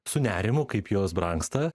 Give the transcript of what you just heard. su nerimu kaip jos brangsta